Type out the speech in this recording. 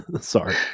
Sorry